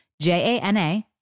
J-A-N-A